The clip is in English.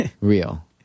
real